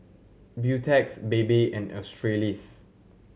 Beautex Bebe and Australis